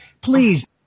please